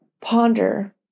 ponder